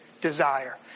desire